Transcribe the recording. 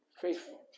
faithful